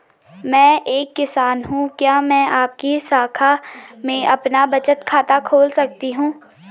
मैं एक किसान हूँ क्या मैं आपकी शाखा में अपना बचत खाता खोल सकती हूँ?